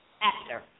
actor